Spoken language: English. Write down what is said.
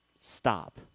Stop